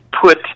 put